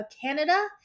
Canada